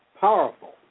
powerful